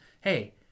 hey